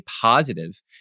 positive